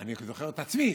אני זוכר את עצמי